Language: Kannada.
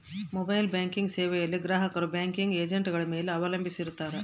ಮೊಬೈಲ್ ಬ್ಯಾಂಕಿಂಗ್ ಸೇವೆಯಲ್ಲಿ ಗ್ರಾಹಕರು ಬ್ಯಾಂಕಿಂಗ್ ಏಜೆಂಟ್ಗಳ ಮೇಲೆ ಅವಲಂಬಿಸಿರುತ್ತಾರ